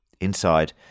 inside